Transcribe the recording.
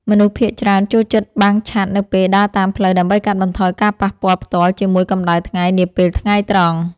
មនុស្សភាគច្រើនចូលចិត្តបាំងឆ័ត្រនៅពេលដើរតាមផ្លូវដើម្បីកាត់បន្ថយការប៉ះពាល់ផ្ទាល់ជាមួយកម្តៅថ្ងៃនាពេលថ្ងៃត្រង់។